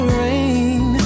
rain